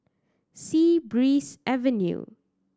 Sea Breeze Avenue